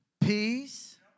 peace